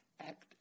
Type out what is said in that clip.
Act